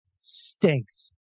stinks